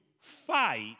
Fight